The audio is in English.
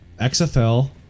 XFL